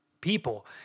people